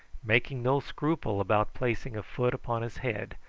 making no scruple about planting a foot upon his head,